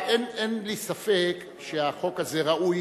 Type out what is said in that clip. לפיד 2. אין לי ספק שהחוק הזה ראוי,